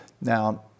Now